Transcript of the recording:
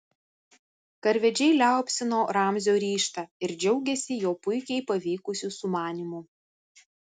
karvedžiai liaupsino ramzio ryžtą ir džiaugėsi jo puikiai pavykusiu sumanymu